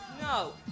No